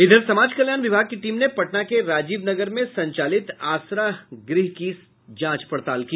इधर समाज कल्याण विभाग की टीम ने पटना के राजीवनगर में संचालित आसरा गृह की जांच पड़ताल की